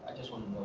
just want